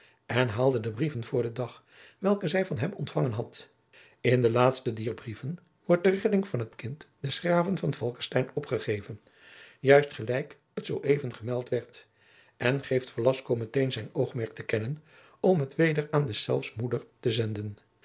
en haalde de brieven voor den dag welke zij van hem ontvangen had in den laatsten dier brieven wordt de redding van het kind des graven van falckestein opgegeven juist gelijk het zooeven vermeld werd en geeft velasco meteen zijn oogmerk jacob van lennep de pleegzoon te kennen om het weder aan deszelfs moeder te zenden